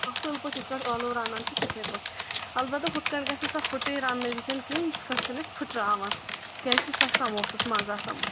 اَصٕل پٲٹھۍ یِتھ کٲنٛٹھۍ ٲلوٕ رَنان چھِ تِتھٕے پٲٹھۍ البتہ ہُتھ کٲنٛٹھۍ گژھِ نہٕ سۄ فٕٹٕن رَننہٕ وِزؠن کینٛہہ یِتھ کٲنٛٹھۍ چھِنہٕ أسۍ پھٕٹراوَان کیٛازِکہِ سۄ چِھ سَموسَس منٛز آسان بَرٕنۍ